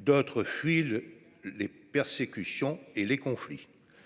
d'autres fuient les persécutions et les conflits